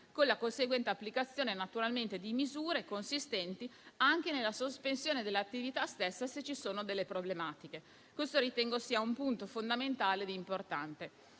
con la conseguente applicazione di misure consistenti anche nella sospensione dell'attività stessa, se ci sono delle problematiche. Ritengo che questo sia un punto fondamentale ed importante.